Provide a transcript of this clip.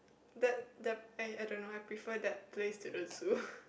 the the I I don't know I prefer that place to the zoo